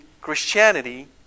Christianity